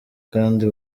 kandi